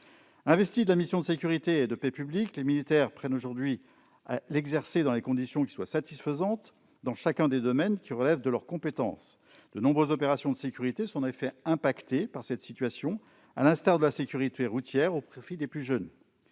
Investis de la mission de sécurité et de paix publiques, les militaires peinent aujourd'hui à l'exercer dans des conditions satisfaisantes dans chacun des domaines qui relèvent de leur compétence. De nombreuses opérations de sécurité sont en effet touchées par cette situation, à l'instar des opérations de sécurité routière destinées aux plus jeunes.